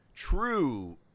true